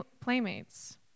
playmates